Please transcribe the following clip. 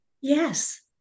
yes